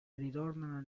ritornano